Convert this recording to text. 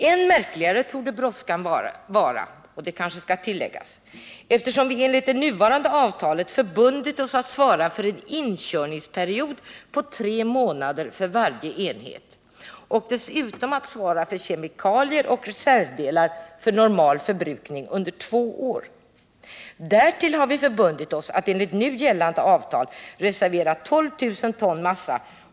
Än märkligare torde brådskan vara — och det kanske skall tilläggas — eftersom vi enligt det nuvarande avtalet förbundit oss att svara för en inkörningsperiod på tre månader för varje enhet och dessutom att svara för kemikalier och reservdelar för normal förbrukning under två år. Därtill har vi förbundit oss att enligt nu gällande avtal reservera 12 000 ton massa.